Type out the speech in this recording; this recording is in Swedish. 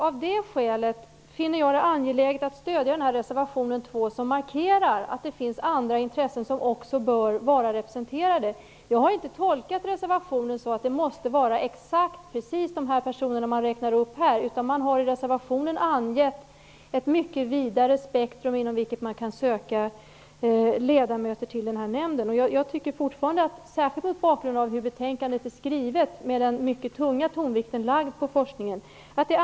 Av det skälet finner jag det angeläget att stödja reservation 2 som markerar att det finns andra intressen som också bör vara representerade. Jag har inte tolkat reservationen så att det måste vara exakt de personer som räknas upp här som skall vara med. I reservationen har man angett ett mycket vidare spektrum inom vilket man kan söka ledamöter till den här nämnden. Jag tycker fortfarande att det är angeläget att markera det, särskilt mot bakgrund av hur betänkandet är skrivet med den mycket tunga tonvikten lagd på forskningen.